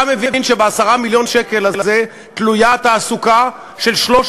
אתה מבין שב-10 מיליון השקלים האלה תלויה התעסוקה של 300